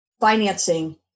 financing